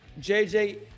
JJ